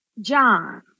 John